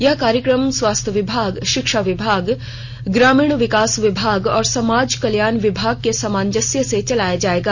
यह कार्यक्रम स्वास्थ्य विभाग शिक्षा विभाग ग्रामीण विकास विभाग और समाज कल्याण विभाग के सामंजस्य से चलाया जाएगा